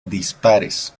dispares